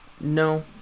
No